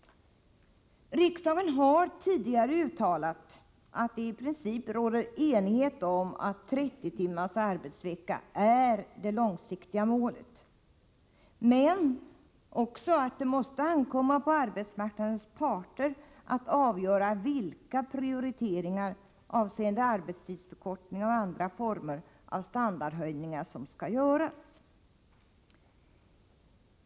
Riksdagen har tidigare uttalat att det i princip råder enighet om att 30 timmars arbetsvecka är det långsiktiga målet men också att det måste ankomma på arbetsmarknadens parter att avgöra vilka prioriteringar avseende arbetstidsförkortningar och andra former av standardhöjningar som skall göras.